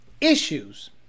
Issues